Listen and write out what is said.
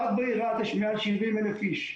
רק בעיר רהט יש מעל 70,000 איש.